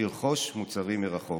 לרכוש מוצרים מרחוק.